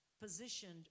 positioned